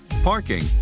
parking